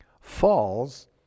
falls